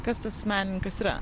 kas tas menininkas yra